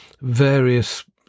various